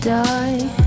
die